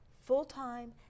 full-time